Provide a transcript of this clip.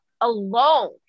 alone